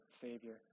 savior